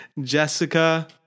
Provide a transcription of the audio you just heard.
Jessica